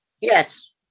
Yes